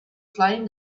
flame